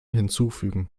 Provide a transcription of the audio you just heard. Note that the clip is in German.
hinzufügen